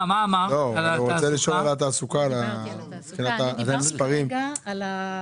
לפתע אני שומע אותך מדבר על זה